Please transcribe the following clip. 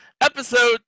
Episode